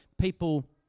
people